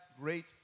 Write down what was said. great